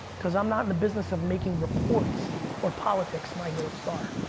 cause i'm not in the business of making reports or politics my north star.